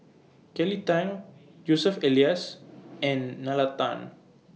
Kelly Tang Joseph Elias and Nalla Tan